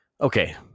Okay